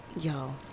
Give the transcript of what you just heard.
yo